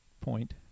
point